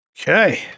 Okay